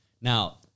Now